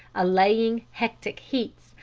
allaying hectic heats,